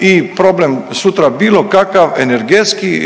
i problem sutra bilo kakav energetski,